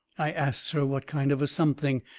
i asts her what kind of a something.